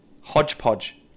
Hodgepodge